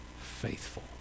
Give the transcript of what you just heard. faithful